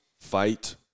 fight